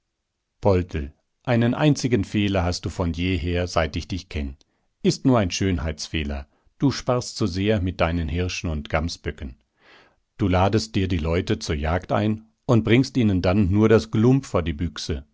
poldl einen einzigen fehler hast du von jeher seit ich dich kenn ist nur ein schönheitsfehler du sparst zu sehr mit deinen hirschen und gamsböcken du ladest dir die leute zur jagd ein und bringst ihnen dann nur das g'lump vor die büchse